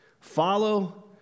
follow